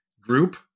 group